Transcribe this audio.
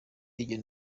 higiro